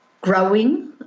growing